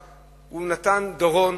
הוא נתן דורון